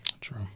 True